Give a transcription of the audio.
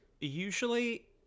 usually